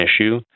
issue